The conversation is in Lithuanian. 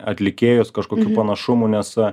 atlikėjus kažkokių panašumų nes